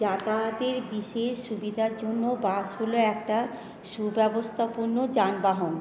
যাতায়াতের বিশেষ সুবিধার জন্য বাসগুলো একটা সুব্যবস্থাপূর্ণ যানবাহন